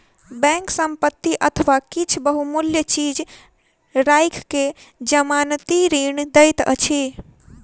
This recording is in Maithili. बैंक संपत्ति अथवा किछ बहुमूल्य चीज राइख के जमानती ऋण दैत अछि